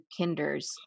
kinders